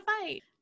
fight